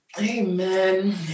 amen